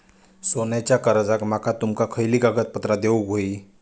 सोन्याच्या कर्जाक माका तुमका खयली कागदपत्रा देऊक व्हयी?